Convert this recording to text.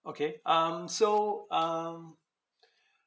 okay um so um